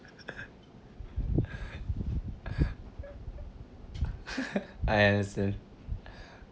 I understand